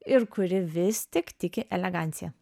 ir kuri vis tik tiki elegancija